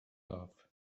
love